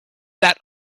that